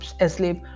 asleep